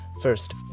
First